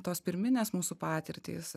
tos pirminės mūsų patirtys